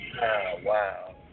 Wow